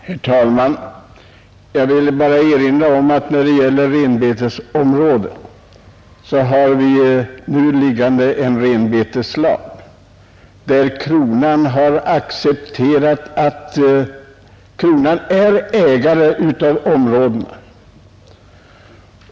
Herr talman! Jag vill bara erinra om att beträffande renbetesområdena har vi nu liggande en renbeteslag, enligt vilken man har accepterat att kronan är ägare till områdena.